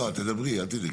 לא, את תדברי, אל תדאגי.